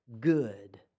good